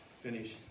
finish